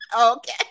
Okay